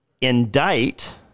indict